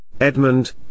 Edmund